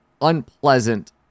unpleasant